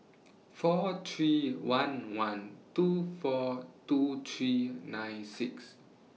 four three one one two four two three nine six